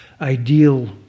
ideal